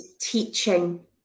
teaching